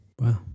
wow